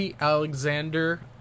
Alexander